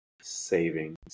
savings